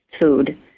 food